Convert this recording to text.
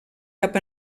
cap